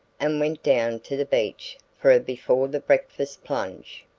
and went down to the beach for a before-breakfast plunge.